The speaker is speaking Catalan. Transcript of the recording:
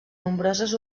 nombroses